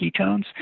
ketones